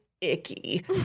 Icky